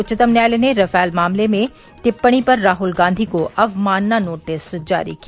उच्चतम न्यायालय ने रफाल मामले में टिप्पणी पर राहल गांधी को अवमानना नोटिस जारी किया